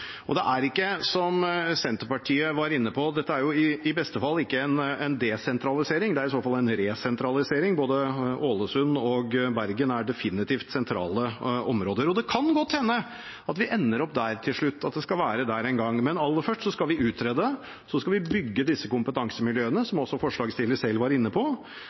beste fall en resentralisering. Både Ålesund og Bergen er definitivt sentrale områder. Det kan godt hende at vi ender opp der til slutt, at det skal være der en gang, men aller først skal vi utrede, så skal vi bygge disse kompetansemiljøene, som også forslagsstillerne selv var inne på,